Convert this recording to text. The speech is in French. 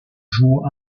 joue